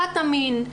קטמין,